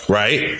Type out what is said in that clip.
right